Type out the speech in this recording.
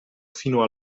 fino